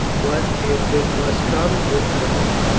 but if it must come it must.